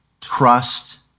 Trust